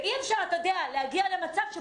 ואי-אפשר להגיע למצב,